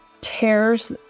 tears